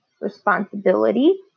responsibility